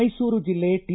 ಮೈಸೂರು ಜಿಲ್ಲೆ ಟಿ